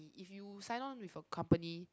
if you sign on with a company